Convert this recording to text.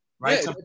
Right